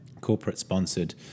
corporate-sponsored